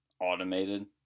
automated